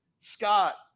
Scott